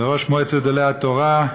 וראש מועצת גדולי התורה.